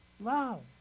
Love